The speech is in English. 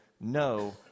no